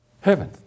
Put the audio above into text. Heaven